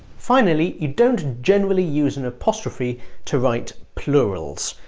finally, you don't generally use an apostrophe to write plurals.